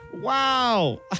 Wow